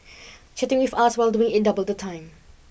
chatting with us while doing it doubled the time